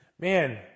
Man